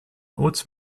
haute